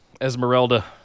Esmeralda